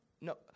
no